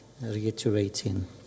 reiterating